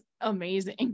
amazing